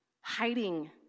Hiding